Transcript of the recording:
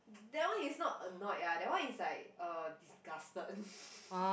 that one is not annoyed ah that one is like uh disgusted